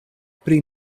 pri